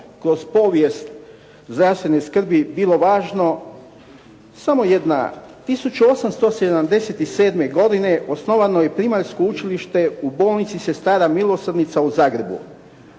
kroz povijest zasebne skrbi bilo važno samo jedna. 1877. godine osnovano je primaljsko učilište u bolnici Sestara milosrdnica u Zagrebu.